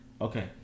Okay